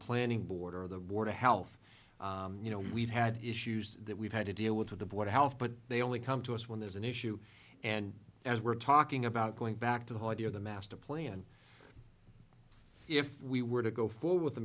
planning board or the war to health you know we've had issues that we've had to deal with with the board of health but they only come to us when there's an issue and as we're talking about going back to the whole idea of the master plan if we were to go forward with the